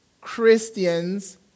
Christians